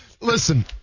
listen